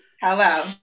Hello